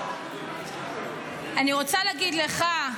אני רוצה להגיד לך,